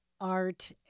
art